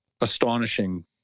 astonishing